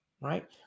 Right